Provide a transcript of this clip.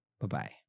Bye-bye